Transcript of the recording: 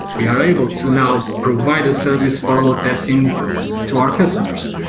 we are able to now provide a service for load testing to our customers.